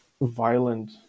violent